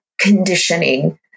conditioning